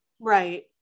Right